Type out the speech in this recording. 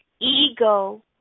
Ego